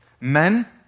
Men